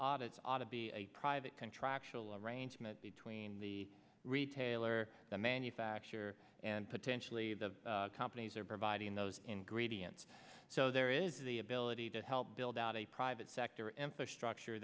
audits ought to be a private contractual arrangement between the retailer the manufacturer and potentially the companies are providing those ingredients so there is the ability to help build out a private sector employers structure